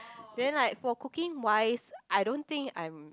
then like for cooking wise I don't think I'm